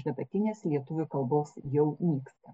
dabartinės lietuvių kalbos jau nyksta